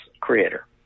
Creator